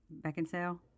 Beckinsale